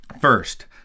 first